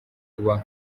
kuba